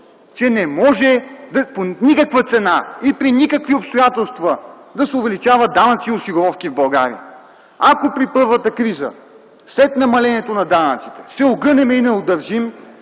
че не може при никаква цена и при никакви обстоятелства да се увеличават данъци и осигуровки в България. Ако при първата криза, след намалението на данъците, се огънем и не удържим,